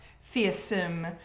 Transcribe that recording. fearsome